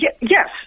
yes